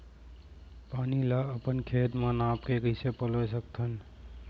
पानी ला अपन खेत म नाप के कइसे पलोय सकथन?